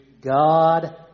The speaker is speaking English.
God